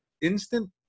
instant